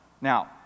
Now